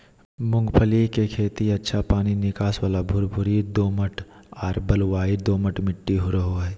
मूंगफली के खेती अच्छा पानी निकास वाला भुरभुरी दोमट आर बलुई दोमट मट्टी रहो हइ